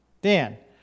Dan